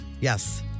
Yes